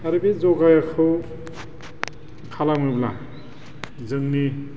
आरो बे जगाखौ खालामोब्ला जोंनि